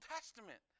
Testament